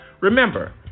Remember